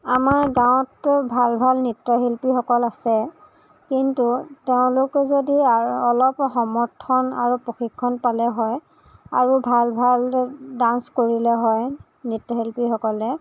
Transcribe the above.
আমাৰ গাওঁতে ভাল ভাল নৃত্য শিল্পীসকল আছে কিন্তু তেওঁলোকে যদি আৰু অলপ সমৰ্থন আৰু প্ৰশিক্ষণ পালে হয় আৰু ভাল ভাল ডাঞ্চ কৰিলে হয় নৃত্য শিল্পীসকলে